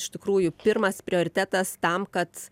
iš tikrųjų pirmas prioritetas tam kad